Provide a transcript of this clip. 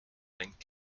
linked